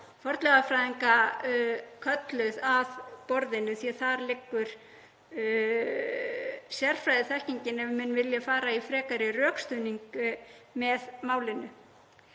fornleifafræðinga kölluð að borðinu því að þar liggur sérfræðiþekkingin ef menn vilja fara í frekari rökstuðning með málinu.